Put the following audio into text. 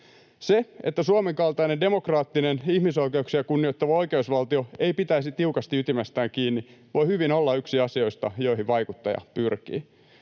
Se, että Suomen kaltainen demokraattinen, ihmisoikeuksia kunnioittava oikeusvaltio ei pitäisi tiukasti ytimestään kiinni, voi hyvin olla yksi asioista, joihin vaikuttaja pyrkii.